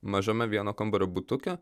mažame vieno kambario butuke